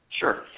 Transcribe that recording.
Sure